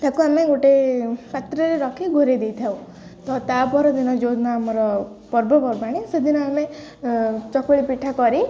ତାକୁ ଆମେ ଗୋଟେ ପାତ୍ରରେ ରଖି ଘୋଡ଼ାଇ ଦେଇଥାଉ ତ ତା' ପରଦିନ ଯେଉଁ ଦିନ ଆମର ପର୍ବପର୍ବାଣୀ ସେଦିନ ଆମେ ଚକୁଳି ପିଠା କରି